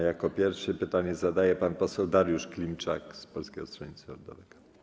Jako pierwszy pytanie zadaje pan poseł Dariusz Klimczak z Polskiego Stronnictwa Ludowego.